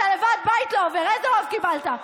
אתה ועד בית לא עובר, איזה רוב קיבלת?